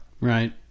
Right